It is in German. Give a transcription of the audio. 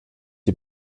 die